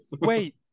Wait